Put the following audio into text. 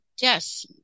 Yes